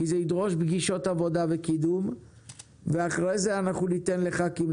כי זה ידרוש פגישות עבודה וקידום ואחרי זה נשמע את חברי הכנסת.